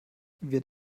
wird